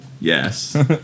yes